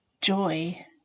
joy